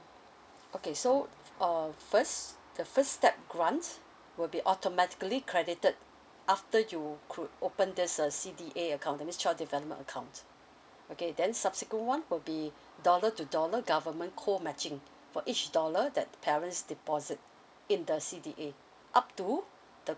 okay so uh first the first step grant will be automatically credited after you could open this uh C_D_A account that means child development account okay then subsequent one would be dollar to dollar government co matching for each dollar that parents deposit in the C_D_A up to the